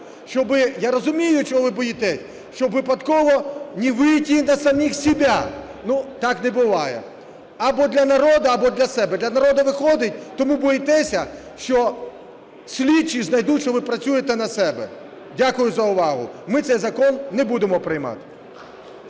Я розумію, чого ви боїтесь: щоб випадково не выйти на самих себя. Так не буває. Або для народу – або для себе. Для народу виходить, тому боїтеся, що слідчі знайдуть, що ви працюєте на себе. Дякую за увагу. Ми цей закон не будемо приймати.